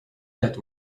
that